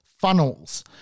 funnels